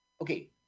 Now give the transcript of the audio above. Okay